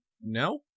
no